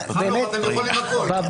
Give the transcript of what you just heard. חנוך, אתם יכולים לשנות הכול.